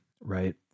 right